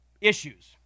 issues